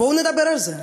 בואו נדבר על זה.